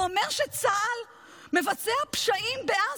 הוא אומר שצה"ל מבצע פשעים בעזה,